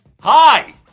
Hi